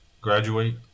graduate